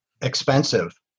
expensive